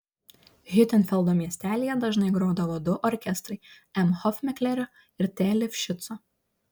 hiutenfeldo miestelyje dažnai grodavo du orkestrai m hofmeklerio ir t lifšico